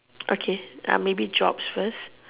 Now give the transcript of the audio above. okay maybe jobs first